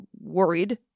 worried